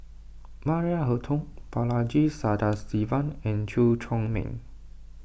Maria Hertogh Balaji Sadasivan and Chew Chor Meng